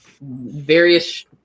various